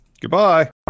goodbye